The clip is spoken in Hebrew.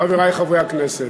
חברי חברי הכנסת,